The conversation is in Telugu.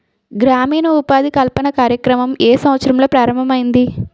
గ్రామీణ ఉపాధి కల్పన కార్యక్రమం ఏ సంవత్సరంలో ప్రారంభం ఐయ్యింది?